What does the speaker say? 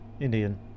Indian